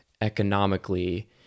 economically